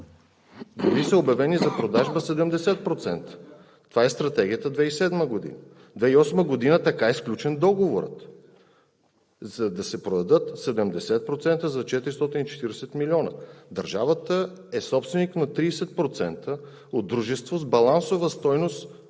Били са обявени за продажба 70%. Това е Стратегията от 2007 г. През 2008 г. така е сключен договорът, за да се продадат 70% за 440 милиона. Държавата е собственик на 30% от дружество с балансова стойност